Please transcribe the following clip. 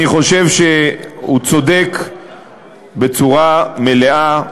אני חושב שהוא צודק בצורה מלאה: